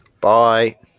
Bye